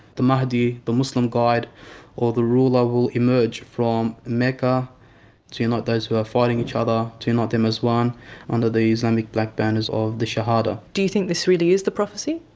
the mahdi, the muslim guide or the ruler will emerge from mecca to unite those who are fighting each other, to unite them as one under the islamic black banners of the shahada. do you think this really is the prophesy?